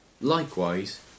Likewise